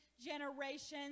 generations